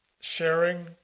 Sharing